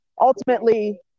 Ultimately